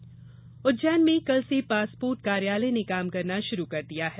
passport Ujjain में कल से पासपोर्ट कार्यालय ने काम करना शुरू कर दिया है